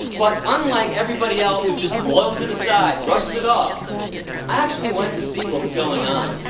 but unlike everybody else who just blows it aside, brushes it off, i actually went to see what was going on.